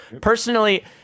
Personally